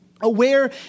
aware